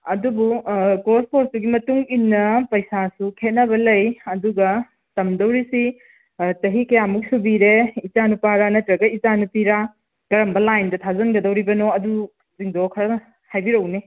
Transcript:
ꯑꯗꯨꯕꯨ ꯀꯣꯔꯁ ꯀꯣꯔꯁꯇꯨꯒꯤ ꯃꯇꯨꯡ ꯏꯟꯅ ꯄꯩꯁꯥꯁꯨ ꯈꯦꯠꯅꯕ ꯂꯩ ꯑꯗꯨꯒ ꯇꯝꯗꯣꯔꯤꯁꯤ ꯆꯍꯤ ꯀꯌꯥꯃꯨꯛ ꯁꯨꯕꯤꯔꯦ ꯏꯆꯥꯅꯨꯄꯥꯔ ꯅꯠꯇꯔꯒ ꯏꯆꯥ ꯅꯨꯄꯤꯔꯥ ꯀꯥꯔꯝꯕ ꯂꯥꯏꯟꯗ ꯊꯥꯖꯟꯒꯗꯣꯔꯤꯕꯅꯣ ꯑꯗꯨꯁꯤꯡꯗꯨ ꯈꯔ ꯍꯥꯏꯕꯤꯔꯛꯎꯅꯦ